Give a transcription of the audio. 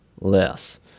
less